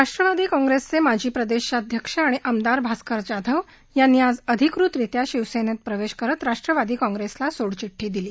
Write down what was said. राष्ट्रवादी काँग्रस्क्रिमिजी प्रदस्ताध्यक्ष आणि आमदार भास्कर जाधव यांनी आज अधिकृतरित्या शिवसक्त प्रदक्ष करत राष्ट्रवादी काँग्रस्ता सोडचिड्डी दिली